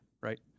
right